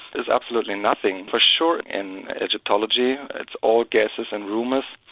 there's absolutely nothing for sure in egyptology it's all guesses and rumours,